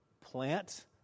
plant